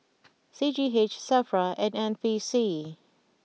C G H Safra and N P C